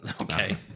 Okay